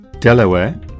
Delaware